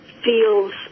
Feels